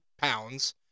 pounds